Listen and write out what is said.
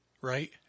right